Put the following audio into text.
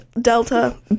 delta